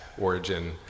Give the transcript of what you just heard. origin